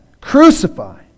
Crucify